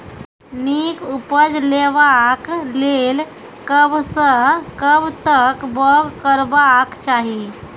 नीक उपज लेवाक लेल कबसअ कब तक बौग करबाक चाही?